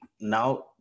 now